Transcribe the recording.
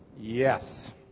yes